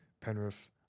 Penrith